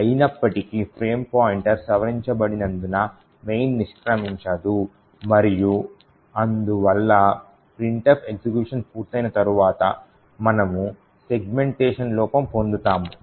అయినప్పటికి frame pointer సవరించబడినందున main నిష్క్రమించదు మరియు అందువల్ల printf ఎగ్జిక్యూషన్ పూర్తయిన తర్వాత మనము సెగ్మెంటేషన్ లోపం పొందుతాము